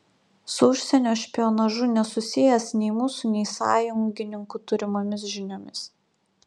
su užsienio špionažu nesusijęs nei mūsų nei sąjungininkų turimomis žiniomis